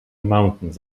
mountains